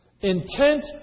intent